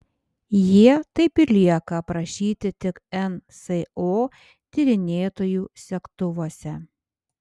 jie taip ir lieka aprašyti tik nso tyrinėtojų segtuvuose